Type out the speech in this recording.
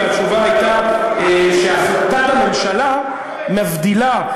והתשובה הייתה שהחלטת הממשלה מבדילה,